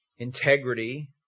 integrity